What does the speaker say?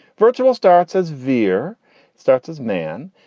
virtual starts as vier starts as man.